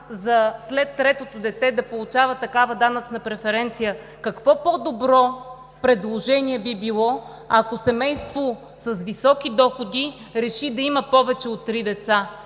след третото дете да се получава такава данъчна преференция – какво по-добро предложение би било, ако семейство с високи доходи реши да има повече от три деца?